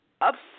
upset